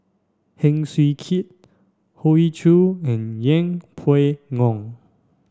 Heng Swee Keat Hoey Choo and Yeng Pway Ngon